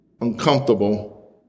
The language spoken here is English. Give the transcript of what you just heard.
uncomfortable